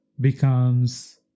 becomes